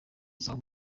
zahabu